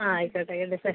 അ ആയിക്കോട്ടെ എടുത്ത്